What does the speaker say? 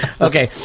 Okay